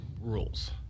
rules